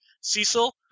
Cecil